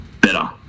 better